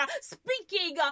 speaking